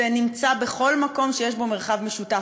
זה נמצא בכל מקום שיש בו מרחב משותף.